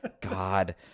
god